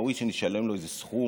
וראוי שנשלם לו איזה סכום,